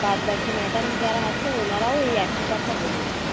বাদ বাকি ম্যাডাম যারা আছে ওনারাও এই একই কথা বললেন